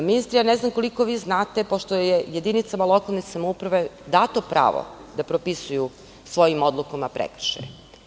Ministre, ne znam koliko znate pošto je jedinicama lokalne samouprave dato pravo da propisuju svojim odlukama prekršaje.